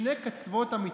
משני קצוות המתרס,